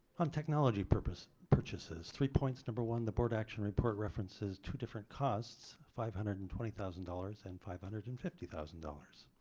on technology purpose purchases three points. number one the board action report references two different costs five hundred and twenty thousand dollars and five hundred and fifty thousand dollars.